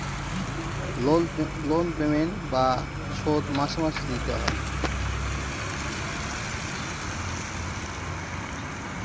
loan payment বা শোধ মাসে মাসে দিতে হয়